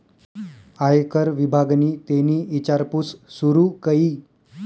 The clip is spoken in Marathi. आयकर विभागनि तेनी ईचारपूस सूरू कई